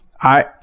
I-